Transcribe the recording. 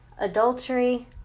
adultery